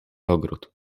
ogród